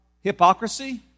hypocrisy